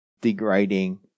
degrading